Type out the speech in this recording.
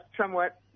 somewhat